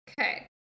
Okay